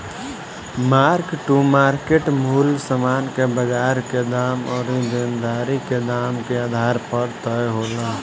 mark to market मूल्य समान के बाजार के दाम अउरी देनदारी के दाम के आधार पर तय होला